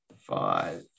five